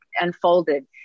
unfolded